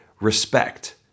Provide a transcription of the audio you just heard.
respect